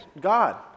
God